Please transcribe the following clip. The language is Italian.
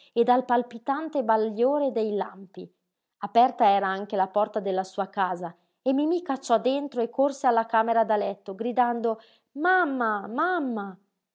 e dal palpitante bagliore dei lampi aperta era anche la porta della sua casa e mimí cacciò dentro e corse alla camera da letto gridando mamma mamma